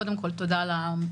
קודם כל, תודה על ההצגה.